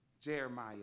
Jeremiah